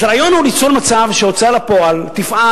הרעיון הוא ליצור מצב שההוצאה לפועל תפעל